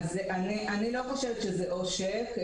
אני לא חושבת שזה עושק.